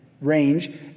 range